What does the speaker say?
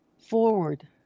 forward